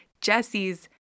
Jesse's